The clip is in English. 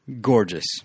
gorgeous